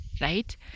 right